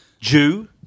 Jew